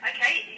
Okay